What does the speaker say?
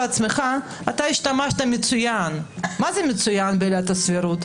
בעצמך השתמשת מצוין בעילת הסבירות.